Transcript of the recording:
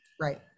Right